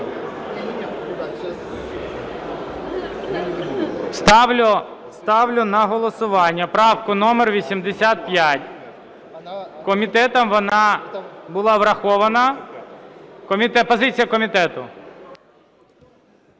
Ставлю на голосування правку номер 85. Комітетом вона була врахована. Позиція комітету.